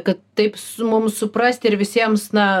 kad taip s mum suprasti ir visiems na